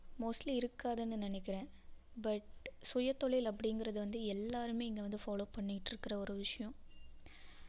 mostly இருக்காதுன்னு நினைக்கிறேன் but சுயத்தொழில் அப்படிங்கிறது வந்து எல்லாருமே இங்கே வந்து ஃபாலோ பண்ணிட்டு இருக்குற ஒரு விஷயம்